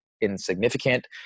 insignificant